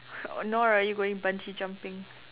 nor are you going bungee jumping